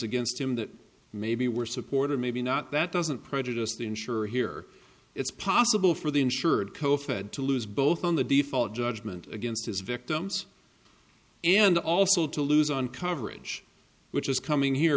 against him that maybe were supported maybe not that doesn't prejudiced the insurer here it's possible for the insured co fed to lose both on the default judgment against his victims and also to lose on coverage which is coming here